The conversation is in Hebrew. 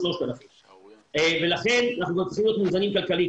לכן אנחנו צריכים להיות מאוזנים כלכלית.